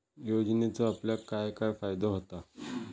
योजनेचो आपल्याक काय काय फायदो होता?